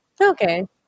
Okay